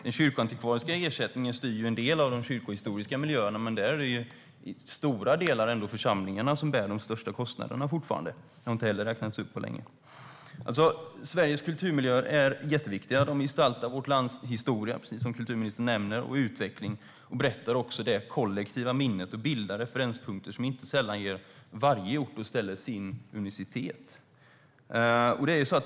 Den kyrkoantikvariska ersättningen styr en del av de kyrkohistoriska miljöerna, men i stora delar är det fortfarande församlingarna som bär de största kostnaderna. Detta har inte heller räknats upp på länge. Sveriges kulturmiljöer är jätteviktiga. De gestaltar vårt lands historia och utveckling, precis som kulturministern nämner. De berättar också om det kollektiva minnet och bildar referenspunkter som inte sällan ger varje ort och ställe dess unicitet.